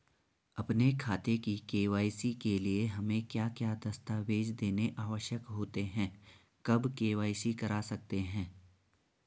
अपने खाते की के.वाई.सी के लिए हमें क्या क्या दस्तावेज़ देने आवश्यक होते हैं कब के.वाई.सी करा सकते हैं?